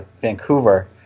Vancouver